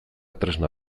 tresna